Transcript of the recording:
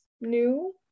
new